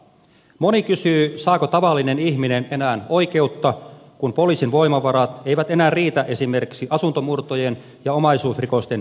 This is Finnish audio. moni kysyy saako tavallinen ihminen enää oikeutta kun poliisin voimavarat eivät enää riitä esimerkiksi asuntomurtojen ja omaisuusrikosten tutkimiseen